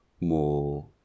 more